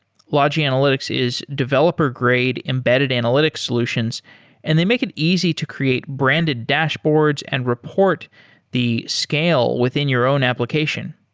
logi analytics is developer grade embedded analytics solutions and they make it easy to create branded dashboards and report the scale within your own application.